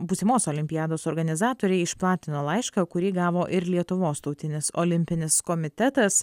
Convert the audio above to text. būsimos olimpiados organizatoriai išplatino laišką kurį gavo ir lietuvos tautinis olimpinis komitetas